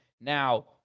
now